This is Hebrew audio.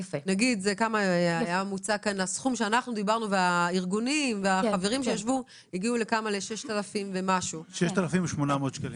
הסכום שאנחנו דיברנו עליו והארגונים היה 6,800 שקלים.